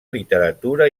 literatura